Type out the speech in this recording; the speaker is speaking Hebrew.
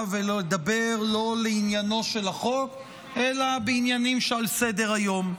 ולדבר לא לעניינו של החוק אלא בעניינים שעל סדר-היום.